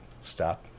stop